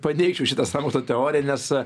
paneigčiau šitą sąmokslo teoriją nes